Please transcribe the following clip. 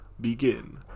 begin